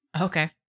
Okay